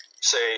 say